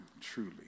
truly